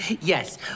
Yes